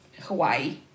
Hawaii